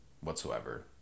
whatsoever